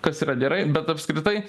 kas yra gerai bet apskritai